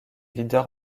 leader